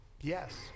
Yes